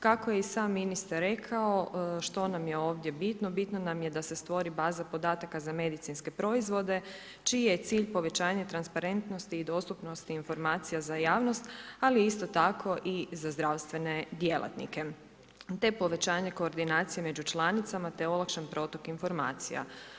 Kako je i sam ministar rekao što nam je ovdje bitno, bitno nam je da se stvori baza podataka za medicinske proizvode čiji je cilj povećanje transparentnosti i dostupnosti informacija za javnost, ali isto tako i za zdravstvene djelatnike, te povećanje koordinacije među članicama te olakšan protok informacija.